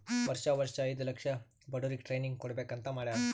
ವರ್ಷಾ ವರ್ಷಾ ಐಯ್ದ ಲಕ್ಷ ಬಡುರಿಗ್ ಟ್ರೈನಿಂಗ್ ಕೊಡ್ಬೇಕ್ ಅಂತ್ ಮಾಡ್ಯಾರ್